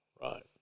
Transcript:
Right